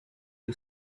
you